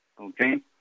Okay